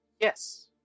Yes